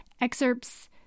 excerpts